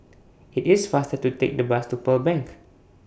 IT IS faster to Take The Bus to Pearl Bank